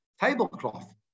tablecloth